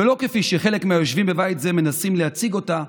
ולא כפי שחלק מהיושבים בבית זה מנסים להציג אותה,